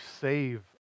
save